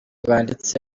banditse